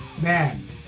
man